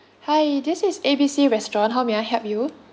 hi this is A B C restaurant how may I help you